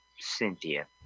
Cynthia